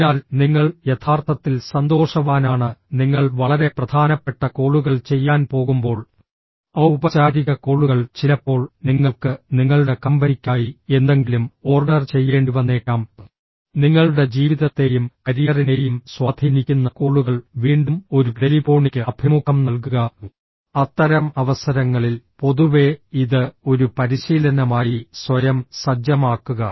അതിനാൽ നിങ്ങൾ യഥാർത്ഥത്തിൽ സന്തോഷവാനാണ് നിങ്ങൾ വളരെ പ്രധാനപ്പെട്ട കോളുകൾ ചെയ്യാൻ പോകുമ്പോൾ ഔപചാരിക കോളുകൾ ചിലപ്പോൾ നിങ്ങൾക്ക് നിങ്ങളുടെ കമ്പനിക്കായി എന്തെങ്കിലും ഓർഡർ ചെയ്യേണ്ടിവന്നേക്കാം നിങ്ങളുടെ ജീവിതത്തെയും കരിയറിനെയും സ്വാധീനിക്കുന്ന കോളുകൾ വീണ്ടും ഒരു ടെലിഫോണിക് അഭിമുഖം നൽകുക അത്തരം അവസരങ്ങളിൽ പൊതുവേ ഇത് ഒരു പരിശീലനമായി സ്വയം സജ്ജമാക്കുക